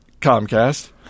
Comcast